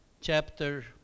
chapter